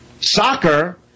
soccer